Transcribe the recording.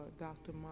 Dr